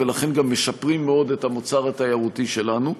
ולכן גם משפרים מאוד את המוצר התיירותי שלנו.